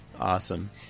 Awesome